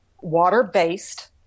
water-based